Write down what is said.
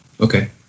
Okay